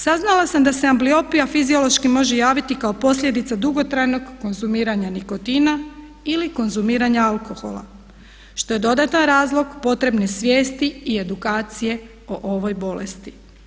Saznala sam da se ambliopija fiziološki može javiti kao posljedica dugotrajnog konzumiranja nikotina ili konzumiranja alkohola što je dodatan razlog potrebne svijesti i edukacije o ovoj bolesti.